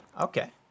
okay